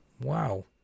Wow